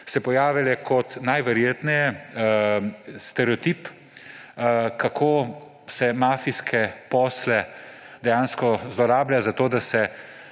pojavile kot, najverjetneje, stereotip, kako se mafijske posle dejansko zlorablja, zato da se